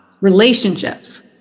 relationships